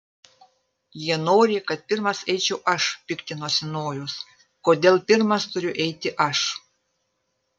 jie nori kad pirmas eičiau aš piktinosi nojus kodėl pirmas turiu eiti aš